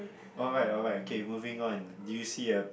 alright alright okay moving on do you see a